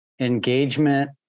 engagement